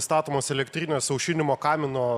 statomos elektrinės aušinimo kamino